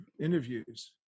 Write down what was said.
interviews